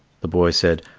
the boy said,